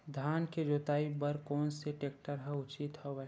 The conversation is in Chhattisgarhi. धान के जोताई बर कोन से टेक्टर ह उचित हवय?